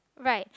right